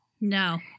No